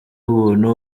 ubuntu